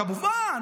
כמובן,